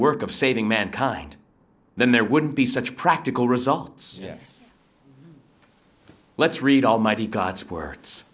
work of saving mankind then there wouldn't be such practical results let's read almighty god supports